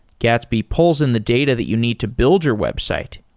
gatsby pulls in the data that you need to build your website,